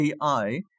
AI